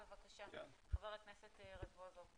בבקשה, חבר הכנסת רזבוזוב.